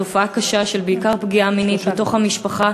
תופעה קשה בעיקר של פגיעה מינית בתוך המשפחה,